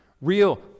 real